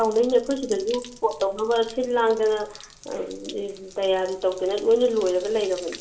ꯀꯥꯎꯅꯤꯅ ꯑꯩꯈꯣꯏ ꯁꯤꯗꯁꯨ ꯁ꯭ꯄꯣꯔꯠ ꯇꯧꯅꯕ ꯁꯤꯜ ꯂꯥꯡꯗꯅ ꯇꯌꯥꯔꯤ ꯇꯧꯗꯅ ꯂꯣꯏꯅ ꯂꯣꯏꯔꯒ ꯂꯩꯔꯕꯅꯤ